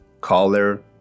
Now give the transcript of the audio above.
color